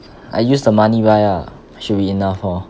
I use the money buy ah should be enough hor